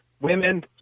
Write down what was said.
women